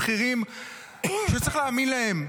פשוט צריך להאמין להם.